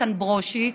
איתן ברושי,